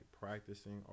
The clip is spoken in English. practicing